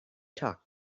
talk